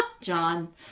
John